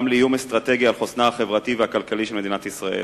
גם לאיום אסטרטגי על חוסנה החברתי והכלכלי של מדינת ישראל.